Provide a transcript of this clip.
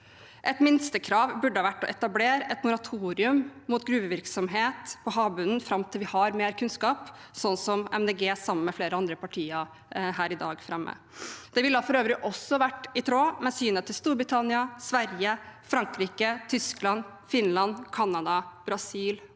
Et minstekrav burde vært å etablere et moratorium mot gruvevirksomhet på havbunnen fram til vi har mer kunnskap, noe Miljøpartiet De Grønne sammen med flere andre partier her i dag fremmer forslag om. Det ville for øvrig også vært i tråd med synet til Storbritannia, Sverige, Frankrike, Tyskland, Finland, Canada, Brasil